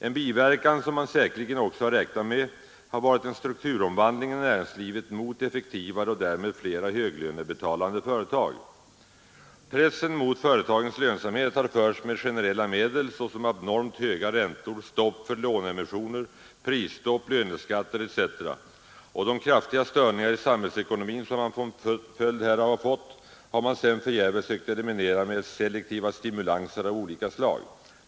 En biverkan som man säkerligen också har räknat med har varit en strukturomvandling i näringslivet mot effektivare och därmed flera höglönebetalande företag. Pressen mot företagens lönsamhet har genomförts med generella medel såsom abnormt höga räntor, stopp för låneemissioner, prisstopp, löneskatter etc., och de kraftiga störningar i samhällsekonomin som man fått som följd härav har man sedan förgäves sökt eliminera med selektiva stimulanser av olika slag.